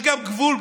יש גם גבול.